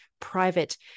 private